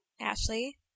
Ashley